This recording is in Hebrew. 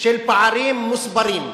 של פערים מוסברים,